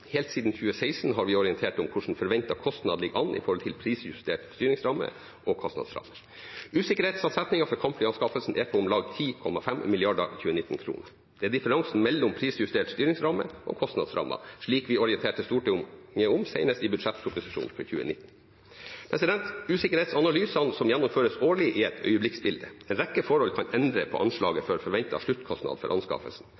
Helt siden 2016 har vi orientert om hvordan forventet kostnad ligger an i forhold til prisjustert styringsramme og kostnadskraft. Usikkerhetsavsetningen for kampflyanskaffelsen er på om lag 10,5 mrd. 2019-kroner. Det er differansen mellom prisjustert styringsramme og kostnadsramme, slik vi orienterte Stortinget om senest i budsjettproposisjonen for 2019. Usikkerhetsanalysene som gjennomføres årlig, er et øyeblikksbilde. En rekke forhold kan endre på